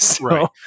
Right